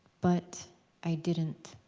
but i didn't.